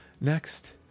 Next